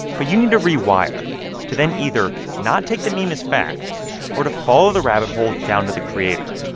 but you need to rewire to then either not take the meme as fact or to follow the rabbit hole down to the creator.